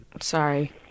Sorry